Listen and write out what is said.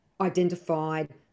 identified